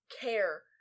care